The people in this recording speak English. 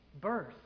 birth